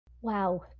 Wow